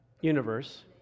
universe